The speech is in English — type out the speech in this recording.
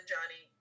Johnny